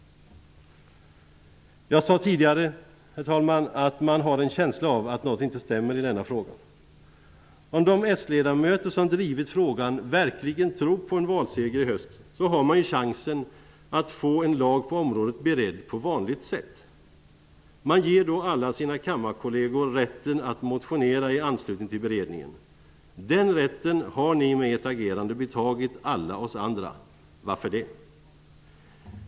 Jag sade tidigare att man har en känsla av att något inte stämmer i den här frågan. Om de socialdemokratiska ledamöter som drivit frågan verkligen tror på en valseger i höst har de ju chansen att få en lag på området beredd på vanligt sätt. Då ger de alla sina kammarkolleger rätten att motionera i anslutning till beredningen. Den rätten har de med sitt agerande tagit ifrån alla oss andra. Varför det?